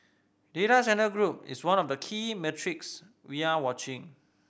data centre group is one of the key metrics we are watching